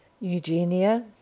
Eugenia